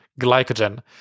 glycogen